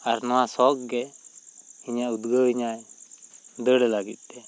ᱟᱨ ᱱᱚᱣᱟ ᱥᱚᱠ ᱜᱮ ᱤᱧᱮ ᱩᱫᱽᱜᱟᱹᱣ ᱤᱧᱟ ᱭ ᱫᱟᱹᱲ ᱞᱟᱹᱜᱤᱫ ᱛᱮ